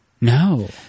No